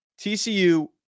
TCU